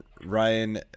Ryan